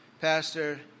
Pastor